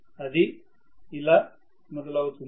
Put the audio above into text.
అది ఇలా మొదలు అవుతుంది